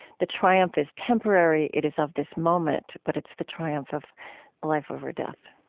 the triumph is temporary, it is of this moment, but it's the triumph of life over death.